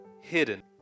Hidden